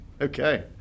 Okay